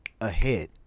ahead